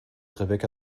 rebecca